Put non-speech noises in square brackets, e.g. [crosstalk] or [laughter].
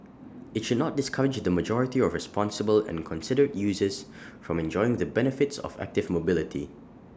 IT should not discourage the majority of responsible and considerate users [noise] from enjoying the benefits of active mobility